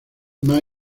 más